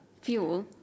fuel